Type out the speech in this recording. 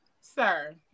sir